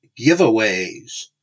giveaways